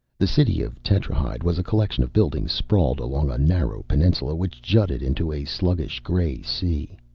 the city of tetrahyde was a collection of buildings sprawled along a narrow peninsula which jutted into a sluggish gray sea.